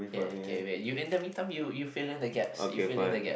ya okay wait you in the mean time you you fill in the gaps you fill in the gap